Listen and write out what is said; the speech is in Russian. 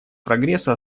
прогресса